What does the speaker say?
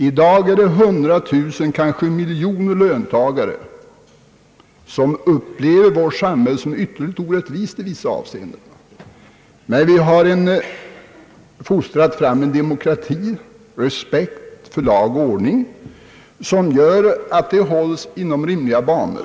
I dag är det hundratusentals, kanske miljoner löntagare som upplever vårt samhälle som ytterligt orättvist i vissa avseenden. :Vi har visserligen fostrat fram en demokrati, med respekt för lag och ordning, som gör att opinionsyttringar hålls inom rimliga banor.